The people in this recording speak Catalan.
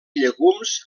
llegums